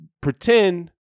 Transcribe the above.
pretend